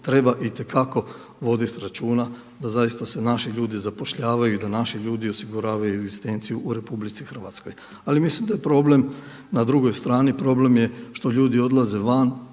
treba itekako voditi računa da zaista se naši ljudi zapošljavaju i da naši ljudi osiguravaju egzistenciju u RH. Ali mislim da je problem, na drugoj strani problem je što ljudi odlaze van